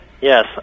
Yes